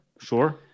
Sure